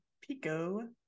Pico